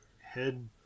head